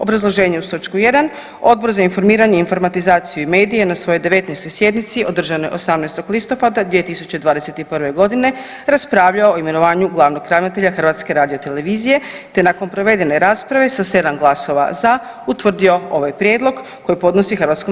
Obrazloženje uz točku jedan, Odbor za informiranje, informatizaciju i medije na svojoj 19. sjednici održanoj 18. listopada 2021.g. raspravljao je o imenovanju glavnog ravnatelja HRT-a, te nakon provedene rasprave sa 7 glasova za utvrdio ovaj prijedlog koji podnosi HS.